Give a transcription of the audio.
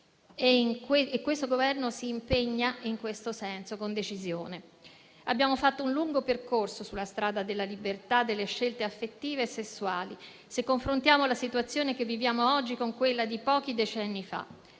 questo Governo si impegna in tal senso con decisione. Abbiamo fatto un lungo percorso sulla strada della libertà delle scelte affettive e sessuali, se confrontiamo la situazione che viviamo oggi con quella di pochi decenni fa: